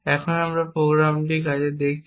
এখন আমরা এই প্রোগ্রাম কাজ দেখেছি